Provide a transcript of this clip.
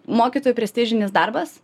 mokytojų prestižinis darbas